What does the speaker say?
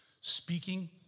Speaking